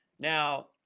Now